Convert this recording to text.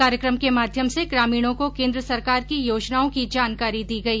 कार्यकम के माध्यम से ग्रामीणों को केन्द्र सरकार की योजनाओं की जानकादी दी गई